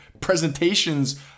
presentations